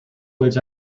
words